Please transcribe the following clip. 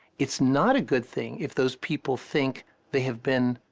it's not a good thing if those people think they have been